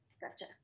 Gotcha